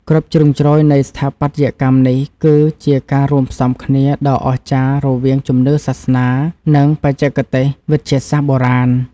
គ្រប់ជ្រុងជ្រោយនៃស្ថាបត្យកម្មនេះគឺជាការរួមផ្សំគ្នាដ៏អស្ចារ្យរវាងជំនឿសាសនា និង បច្ចេកទេសវិទ្យាសាស្ត្របុរាណ។